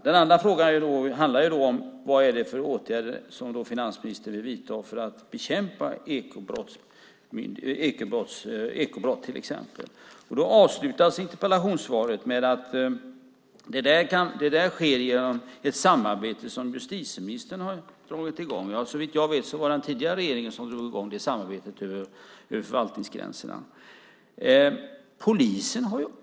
Den andra frågan handlar om vad det är för åtgärder som finansministern vill vidta för att bekämpa ekobrott. Interpellationssvaret avslutas med att det sker genom ett samarbete som justitieministern har dragit i gång. Såvitt jag vet var det den tidigare regeringen som drog i gång det samarbetet över förvaltningsgränserna.